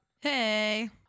hey